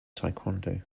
taekwondo